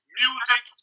music